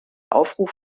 aufruf